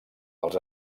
dels